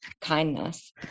kindness